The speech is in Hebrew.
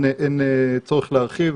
אין צורך להרחיב.